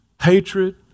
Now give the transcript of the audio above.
Hatred